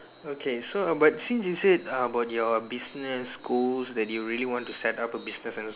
okay so uh but since you said about your business goals that you really want to set up a business and